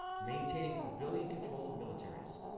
maintaining civilian control of militaries.